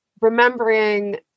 remembering